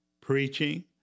preaching